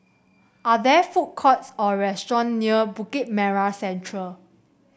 are there food courts or restaurant near Bukit Merah Central